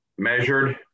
Measured